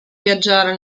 viaggiare